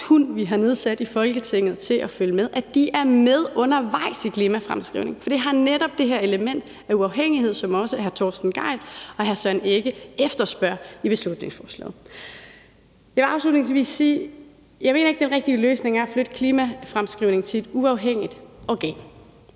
som vi har nedsat i Folketinget til at følge med, skal være med undervejs i klimafremskrivningen, for det har netop det her element af uafhængighed, som også hr- Torsten Gejl og hr. Søren Egge Rasmussen efterspørger i beslutningsforslaget. Jeg vil afslutningsvis sige, at jeg ikke mener, at den rigtige løsning er at flytte klimafremskrivningen til et uafhængigt organ,